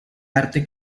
arte